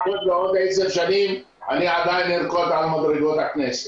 אם יעבוד בעוד עשר שנים אני עדיין ארקוד על מדרגות הכנסת.